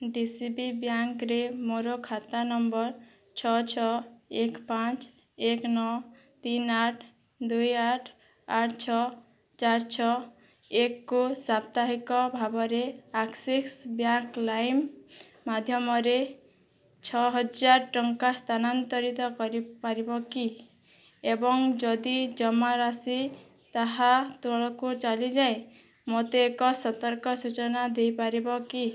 D C B ବ୍ୟାଙ୍କ୍ରେ ମୋର ଖାତା ନମ୍ବର୍ ଛଅ ଛଅ ଏକ ପାଞ୍ଚ ଏକ ନଅ ତିନି ଆଠ ଦୁଇ ଆଠ ଆଠ ଛଅ ଚାରି ଛଅ ଏକକୁ ସାପ୍ତାହିକ ଭାବରେ ଆକ୍ସିସ୍ ବ୍ୟାଙ୍କ୍ ଲାଇମ୍ ମାଧ୍ୟମରେ ଛଅହଜାର ଟଙ୍କା ସ୍ଥାନାନ୍ତରିତ କରିପାରିବ କି ଏବଂ ଯଦି ଜମାରାଶି ତାହା ତଳକୁ ଚାଲିଯାଏ ମୋତେ ଏକ ସତର୍କ ସୂଚନା ଦେଇପାରିବ କି